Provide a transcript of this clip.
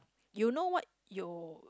you know what you